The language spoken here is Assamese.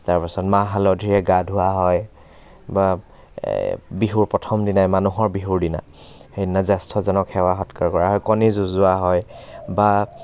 তাৰ পাছত মাহ হালধিৰে গা ধোওৱা হয় বা বিহুৰ প্ৰথম দিনাই মানুহৰ বিহুৰ দিনা সেইদিনা জ্য়েষ্ঠজনক সেৱা সৎকাৰ কৰা হয় কণী যুঁজোৱা হয় বা